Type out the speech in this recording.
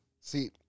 See